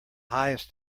highest